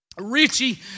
Richie